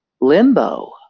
limbo